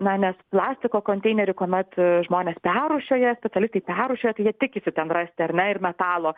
na nes plastiko konteinerį kuomet žmonės perrūšiuoja specialistai perrūšiuoja tai jie tikisi ten rasti ar ne ir metalo